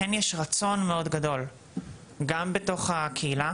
כן יש רצון מאוד גדול גם בתוך הקהילה,